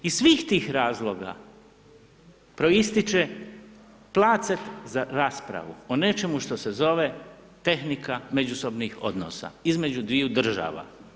Iz svih tih razloga proističe placet za raspravu o nečemu što se zove tehnika međusobnih odnosa između dviju država.